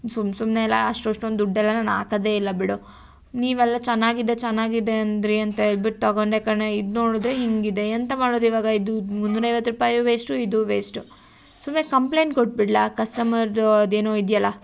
ಸುಮ್ಮ ಸುಮ್ನೆಯಲ್ಲ ಅಷ್ಟು ಅಷ್ಟೊಂದು ದುಡ್ಡೆಲ್ಲ ನಾನು ಹಾಕದೇ ಇಲ್ಲ ಬಿಡು ನೀವೆಲ್ಲ ಚೆನ್ನಾಗಿದೆ ಚೆನ್ನಾಗಿದೆ ಅಂದಿರಿ ಅಂತೇಳ್ಬಿಟ್ಟು ತಗೊಂಡೆ ಕಣೇ ಇದು ನೋಡಿದ್ರೆ ಹೀಗಿದೆ ಎಂಥ ಮಾಡೋದು ಇವಾಗ ಇದು ಮುನ್ನೂರು ಐವತ್ತು ರೂಪಾಯೂ ವೇಶ್ಟು ಇದು ವೇಸ್ಟು ಸುಮ್ಮನೆ ಕಂಪ್ಲೇಂಟ್ ಕೊಟ್ಟುಬಿಡ್ಲಾ ಕಸ್ಟಮರ್ದು ಅದೇನೋ ಇದೆಯಲ್ಲ